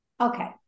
okay